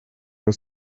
aus